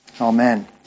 Amen